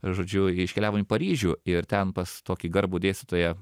žodžiu iškeliavom į paryžių ir ten pas tokį garbų dėstytoją